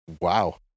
Wow